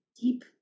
deep